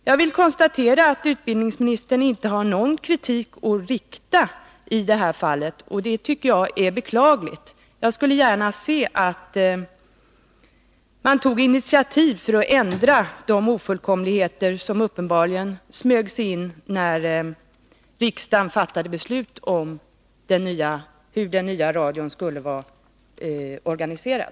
Jag konstaterar att utbildningsministern inte har någon kritik att framföra i detta fall. Det är beklagligt. Jag skulle gärna se att han tog initiativ för att rätta till de ofullkomligheter som uppenbarligen smög sig in när riksdagen fattade beslut om hur den nya radion skulle vara organiserad.